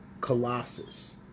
Colossus